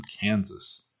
Kansas